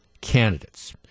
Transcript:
candidates